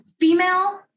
female